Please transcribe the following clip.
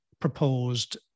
proposed